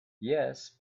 yes